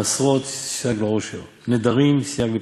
מעשרות סייג לעושר, נדרים סייג לפרישות"